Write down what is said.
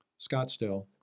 Scottsdale